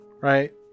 right